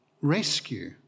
rescue